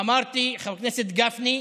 אמרתי, חבר הכנסת גפני,